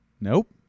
Nope